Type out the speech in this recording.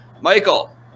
Michael